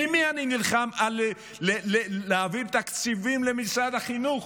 עם מי אני נלחם להעביר תקציבים למשרד החינוך